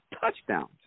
touchdowns